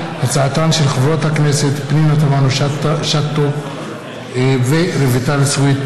בהצעתן של חברות הכנסת פנינה תמנו ורויטל סויד בנושא: רצח נשים,